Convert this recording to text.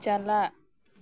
ᱪᱟᱞᱟᱜ